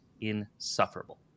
insufferable